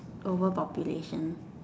over population